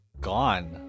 gone